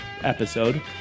episode